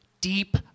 Deep